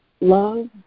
Love